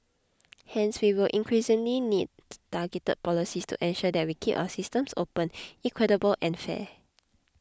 hence we will increasingly need targeted policies to ensure that we keep our systems open equitable and fair